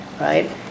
right